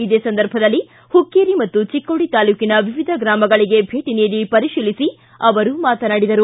ಇದೇ ಸಂದರ್ಭದಲ್ಲಿ ಹುಕ್ಕೇರಿ ಮತ್ತು ಚಿಕ್ಕೋಡಿ ತಾಲೂಕಿನ ವಿವಿಧ ಗ್ರಮಗಳಿಗೆ ಭೇಟಿ ನೀಡಿ ಪರಿಶೀಲಿಸಿ ಅವರು ಮಾತನಾಡಿದರು